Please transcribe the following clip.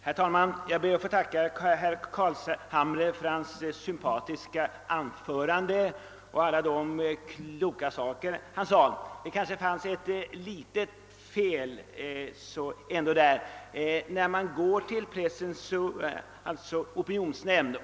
Herr talman! Jag ber att få tacka herr Carlshamre för hans sympatiska anförande och alla de kloka saker han sade. Hans anförande innehöll kanske ändå ett litet fel.